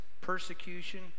persecution